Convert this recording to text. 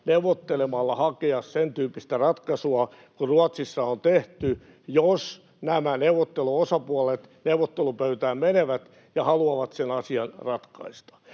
neuvottelemalla hakea sentyyppistä ratkaisua kuin Ruotsissa on tehty, jos nämä neuvotteluosapuolet neuvottelupöytään menevät ja haluavat sen asian ratkaista.